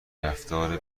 رفتار